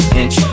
inch